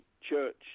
church